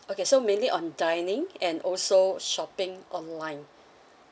okay so mainly on dining and also shopping online